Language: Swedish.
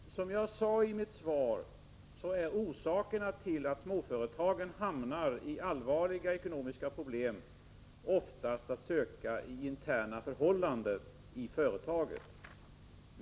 befolkningsutveck: Herr talman! Som jag sade i mitt svar är orsakerna till att småföretagen lingen hamnar i allvarliga ekonomiska problem oftast att söka i interna förhållanden i företagen.